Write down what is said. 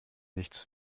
nichts